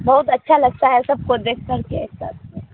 بہت اچھا لگتا ہے سب کو دیکھ کر کے ایک ساتھ